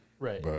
Right